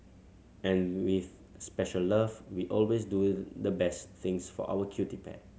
and with special love we always do the best things for our cutie pet